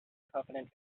covenant